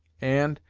and,